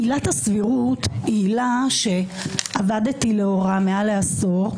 עילת הסבירות היא עילה שעבדתי לאורה יותר מעשור,